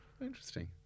Interesting